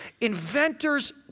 inventors